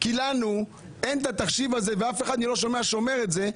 כי לנו אין התחשיב הזה, ואף אחד לא אומר את זה,